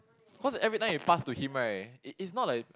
cause everytime he pass to him right it's it's not like